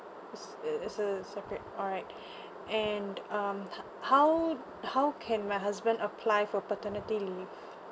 is a is a seperate alright and um how how can my husband apply for paternity leave